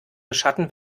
beschatten